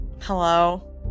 Hello